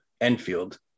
Enfield